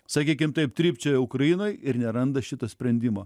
sakykim taip trypčioja ukrainoj ir neranda šito sprendimo